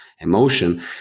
emotion